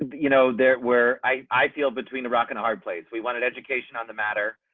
you know, there were, i feel between a rock and a hard place. we wanted education on the matter,